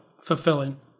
fulfilling